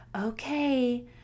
okay